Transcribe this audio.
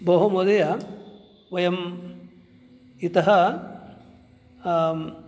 भोः महोदय वयं इतः